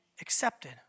accepted